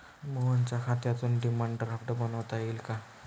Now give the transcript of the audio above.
मोहनच्या खात्यातून demand draft बनवता येईल का?